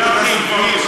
פנים.